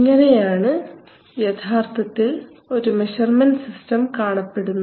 ഇങ്ങനെയാണ് യഥാർത്ഥത്തിൽ ഒരു മെഷർമെൻറ് സിസ്റ്റം കാണപ്പെടുന്നത്